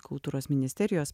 kultūros ministerijos